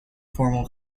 formal